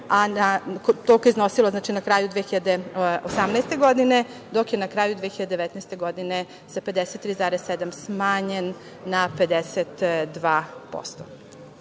toliko je iznosilo znači na kraju 2018. godine, dok je na kraju 2019. godine sa 53,7 smanjen na 52%.Kao